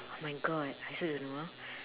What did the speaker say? my god I also don't know uh